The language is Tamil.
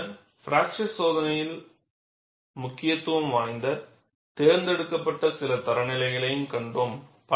பின்னர் பிராக்சர் சோதனையில் முக்கியத்துவம் வாய்ந்த தேர்ந்தெடுக்கப்பட்ட சில தரநிலைகளை கண்டோம்